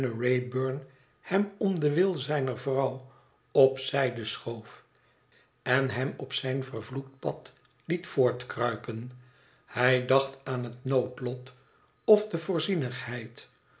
wraybum hem om den wil zijner vrouw op zijde schoof en hem op zijn vervloekt pad liet voortkruipen hij dacht aan het noodlot of de